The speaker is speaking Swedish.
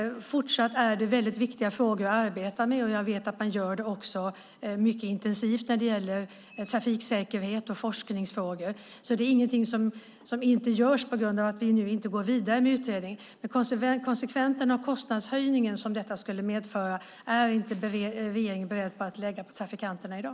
Fortsatt är detta viktiga frågor att arbeta med, och jag vet att man också gör det mycket intensivt när det gäller trafiksäkerhet och forskningsfrågor. Det är alltså ingenting som inte görs på grund av att vi nu inte går vidare med utredningen. Konsekvensen och kostnadshöjningen som detta skulle medföra är regeringen dock inte beredd att lägga på trafikanterna i dag.